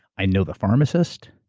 i know the pharmacists.